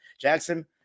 Jackson